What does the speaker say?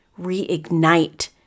reignite